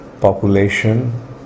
population